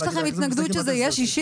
יש לכם התנגדות שזה יהיה 60?